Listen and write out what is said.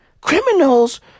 Criminals